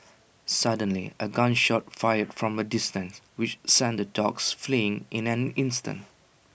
suddenly A gun shot fired from A distance which sent the dogs fleeing in an instant